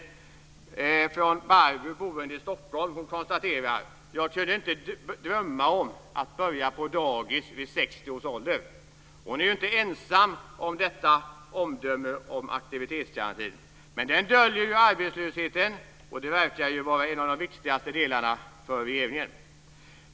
Det är Barbro, boende i Stockholm, som konstaterar: "Jag kunde inte drömma om att börja på dagis vid 60 års ålder." Hon är inte ensam om detta omdöme om aktivitetsgarantin. Men den döljer ju arbetslösheten, och det verkar vara en av de viktigaste delarna för regeringen.